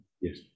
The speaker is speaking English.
yes